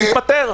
תתפטר.